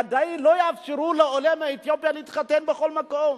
עדיין לא יאפשרו לעולה מאתיופיה להתחתן בכל מקום,